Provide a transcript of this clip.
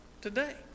today